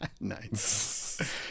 Nice